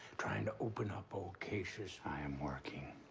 trying to open up old cases. i am working.